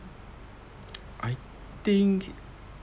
I think